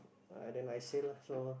ah then I sail lah so